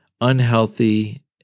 unhealthy